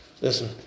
Listen